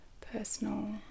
Personal